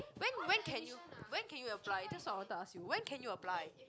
when when can you when can you apply that's what I want to ask you when can you apply